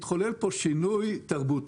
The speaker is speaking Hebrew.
כלומר התחולל פה שינוי תרבותי,